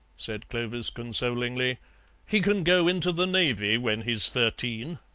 said clovis consolingly he can go into the navy when he's thirteen.